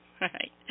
right